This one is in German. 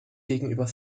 gegenüber